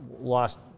lost